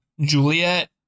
Juliet